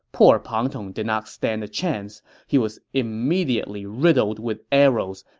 poor pang tong did not stand a chance. he was immediately riddled with arrows,